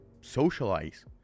socialize